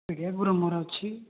ଆଜ୍ଞା ଗ୍ରୁମର ଅଛି